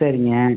சரிங்க